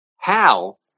Hal